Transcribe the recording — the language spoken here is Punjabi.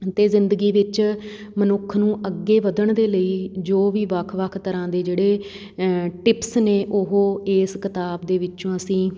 ਅਤੇ ਜ਼ਿੰਦਗੀ ਵਿੱਚ ਮਨੁੱਖ ਨੂੰ ਅੱਗੇ ਵਧਣ ਦੇ ਲਈ ਜੋ ਵੀ ਵੱਖ ਵੱਖ ਤਰ੍ਹਾਂ ਦੇ ਜਿਹੜੇ ਟਿਪਸ ਨੇ ਉਹ ਇਸ ਕਿਤਾਬ ਦੇ ਵਿੱਚੋਂ ਅਸੀਂ